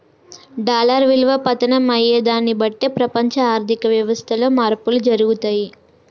dollar విలువ పతనం అయ్యేదాన్ని బట్టే ప్రపంచ ఆర్ధిక వ్యవస్థలో మార్పులు జరుగుతయి